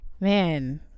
Man